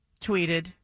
tweeted